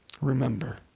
remember